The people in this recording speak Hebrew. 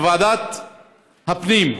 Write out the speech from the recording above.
בוועדת הפנים,